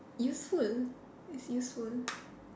useful it's useful